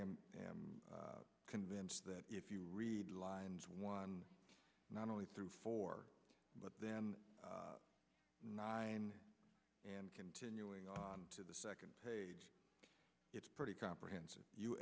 am convinced that if you read lines one not only through four but then nine and continuing on to the second page it's pretty comprehensive you